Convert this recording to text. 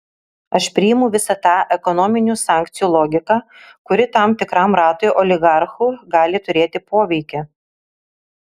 aš priimu visą tą ekonominių sankcijų logiką kuri tam tikram ratui oligarchų gali turėti poveikį